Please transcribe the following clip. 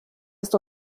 ist